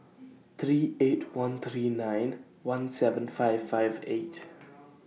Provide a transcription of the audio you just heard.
three eight one three nine one seven five five eight